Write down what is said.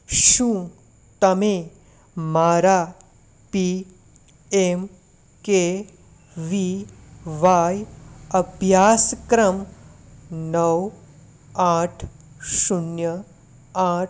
શું તમે મારા P M K V Y અભ્યાસક્રમ નવ આઠ શૂન્ય આઠ